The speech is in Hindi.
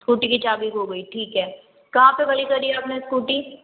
स्कूटी की चाभी खो गई ठीक है कहाँ पे खड़ी करी आपने स्कूटी